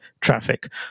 traffic